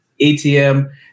ATM